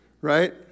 right